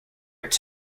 order